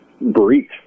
brief